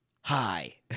hi